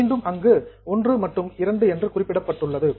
மீண்டும் அங்கு மற்றும் என்று குறிப்பிடப்பட்டுள்ளது